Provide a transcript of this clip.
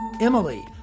Emily